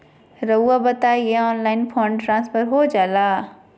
रहुआ बताइए online fund transfer हो जाला?